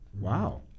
Wow